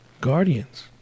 Guardians